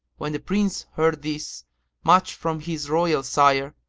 when the prince heard this much from his royal sire,